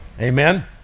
Amen